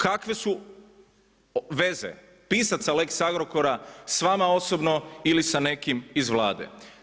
Kakve su veze pisaca lex Agrokora sa vama osobno ili sa nekim iz Vlade?